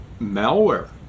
malware